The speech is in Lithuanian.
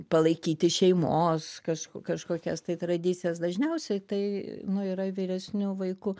palaikyti šeimos kažko kažkokias tai tradicijas dažniausiai tai nu yra vyresnių vaikų